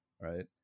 Right